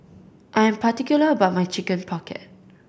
I am particular about my Chicken Pocket